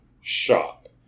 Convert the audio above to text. shop